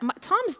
Tom's